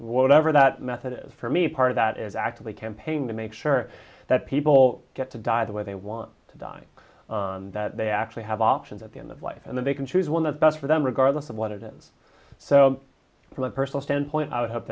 whatever that method is for me part of that is actively campaigning to make sure that people get to die the way they want to die that they actually have options at the end of life and they can choose when that's best for them regardless of what it is so from a personal standpoint i would hope